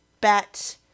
bet